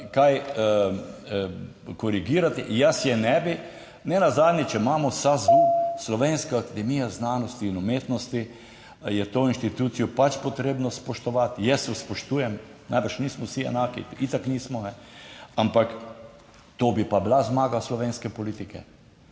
kaj korigirati, jaz je ne bi. Nenazadnje, če imamo SAZU, Slovenska akademija znanosti in umetnosti je to inštitucijo pač potrebno spoštovati. Jaz jo spoštujem. Najbrž nismo vsi enaki, itak nismo, ampak to bi pa bila zmaga slovenske politike,